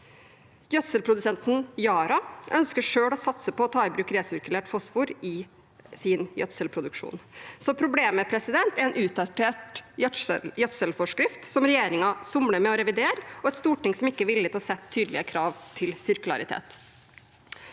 Gjødselprodusenten Yara ønsker selv å satse på å ta i bruk resirkulert fosfor i sin gjødselproduksjon. Så problemet er en utdatert gjødselforskrift, som regjeringen somler med å revidere, og et storting som ikke er villig til å sette tydelige krav til sirkularitet.